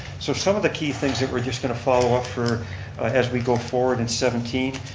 so some of the key things that we're just going to follow up for as we go forward in seventeen.